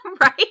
Right